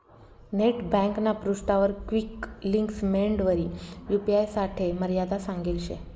net ब्यांकना पृष्ठावर quick links मेंडवरी यू.पी.आय साठे मर्यादा सांगेल शे